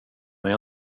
mig